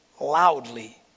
loudly